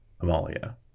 amalia